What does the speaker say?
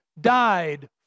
died